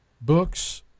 books